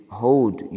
hold